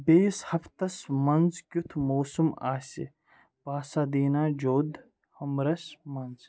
بیٚیِس ہفتس منٛز کِیُت موسم آسہِ پاسادینا جودھ اَمرس منٛز